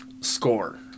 score